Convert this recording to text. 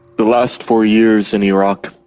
the last four years in iraq,